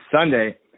Sunday